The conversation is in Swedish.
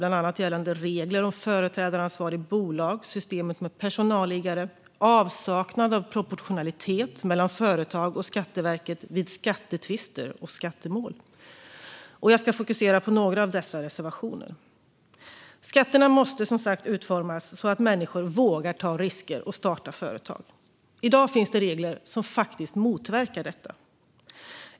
Det gäller bland annat regler om företrädaransvar i bolag, systemet med personalliggare och avsaknad av proportionalitet mellan företag och Skatteverket vid skattetvister och skattemål. Jag ska fokusera på några av dessa reservationer. Skatterna måste som sagt utformas så att människor vågar ta risker och starta företag. I dag finns det regler som faktiskt motverkar detta.